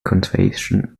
conservation